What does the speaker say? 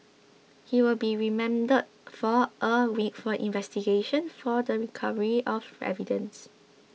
he will be remanded for a week for investigation for the recovery of evidence